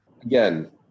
again